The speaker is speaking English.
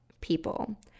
people